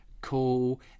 cool